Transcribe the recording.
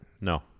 No